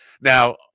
Now